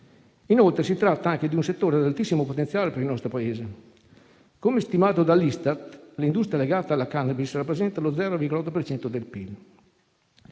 Inoltre si tratta anche di un settore ad altissimo potenziale per il nostro Paese. Come stimato dall'Istat, l'industria legata alla *cannabis* rappresenta lo 0,8 per